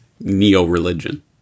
neo-religion